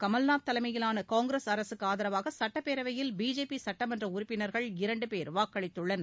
கமல்நாத் தலைமையிலான காங்கிரஸ் அரசுக்கு ஆதரவாக சட்டப்பேரவையில் பிஜேபி சட்டமன்ற உறுப்பினர்கள் இரண்டு பேர் வாக்களித்துள்ளனர்